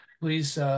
please